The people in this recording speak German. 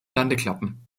landeklappen